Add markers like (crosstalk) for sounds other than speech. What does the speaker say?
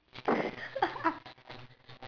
(laughs)